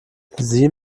sie